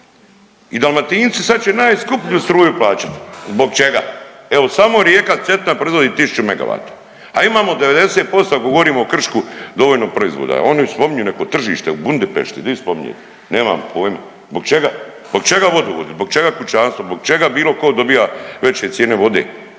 I Dalmatinci sad će najskuplju struju plaćati. Zbog čega? Evo samo rijeka Cetina proizvodi 1000 megavata, a imamo 90% ako govorimo o Kršku dovoljno proizvoda. Oni spominju neko tržište u Budimpešti. Di spominje? Nemam pojma! Zbog čega? Zbog čega vodovodi? Zbog čega kućanstvo? Zbog čega bilo tko dobiva veće cijene vode?